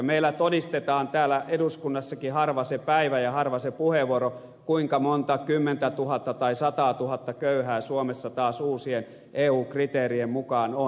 meillä todistetaan täällä eduskunnassakin harva se päivä ja harva se puheenvuoro kuinka monta kymmentä tuhatta tai sataa tuhatta köyhää suomessa taas uusien eu kriteerien mukaan on